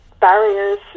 barriers